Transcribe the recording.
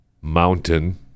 mountain